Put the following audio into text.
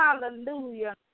Hallelujah